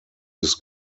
this